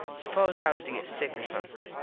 suppose i was to get sick or somethin.